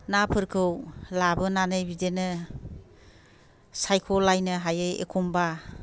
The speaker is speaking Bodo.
नाफोरखौ लाबोनानै बिदिनो सायख'लायनो हायै एख'मबा